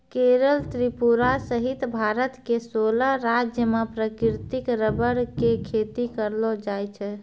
केरल त्रिपुरा सहित भारत के सोलह राज्य मॅ प्राकृतिक रबर के खेती करलो जाय छै